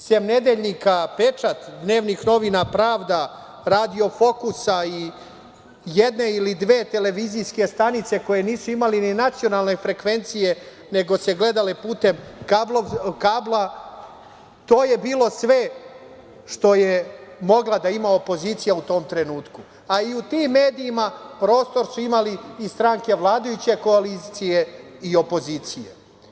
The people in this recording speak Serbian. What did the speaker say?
Sem nedeljnika „Pečat“, dnevnih novina „Pravda“, radio „Fokusa“ i jedne ili dve televizijske stanice koje nisu imali ni nacionalne frekvencije, nego se gledale putem kabla, to je bilo sve što je mogla da ima opozicija u tom trenutku, a i u tim medijima prostor su imali i stranke vladajuće koalicije i opozicija.